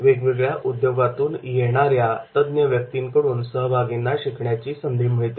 वेगवेगळ्या उद्योगातून येणाऱ्या तज्ज्ञ व्यक्तींकडून सहभागींना शिकण्याची संधी मिळते